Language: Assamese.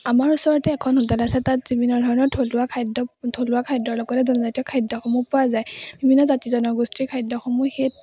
আমাৰ ওচৰতে এখন হোটেল আছে তাত বিভিন্ন ধৰণৰ থলুৱা খাদ্য থলুৱা খাদ্যৰ লগতে জনজাতীয় খাদ্যসমূহ পোৱা যায় বিভিন্ন জাতি জনগোষ্ঠীৰ খাদ্যসমূহ সেই